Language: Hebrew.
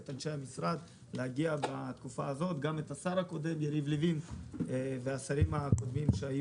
את אנשי המשרד וגם את השר הקודם יריב לוין והשרים הקודמים.